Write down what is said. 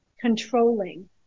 controlling